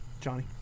Johnny